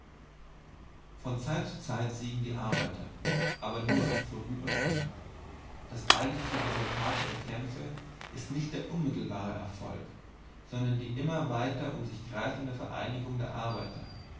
von zeit zu zeit siegen die arbeiter aber nur vorübergehend das eigentliche resultat ihrer kämpfe ist nicht der unmittelbare erfolg sondern die immer weiter um sich greifende vereinigung der arbeiter